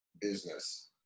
business